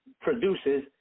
produces